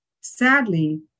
Sadly